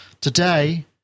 Today